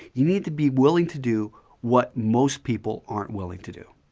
you need to be willing to do what most people aren't willing to do.